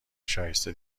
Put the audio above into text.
شایسته